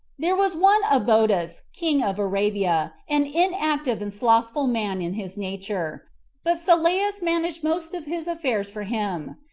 there was one obodas, king of arabia, an inactive and slothful man in his nature but sylleus managed most of his affairs for him.